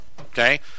okay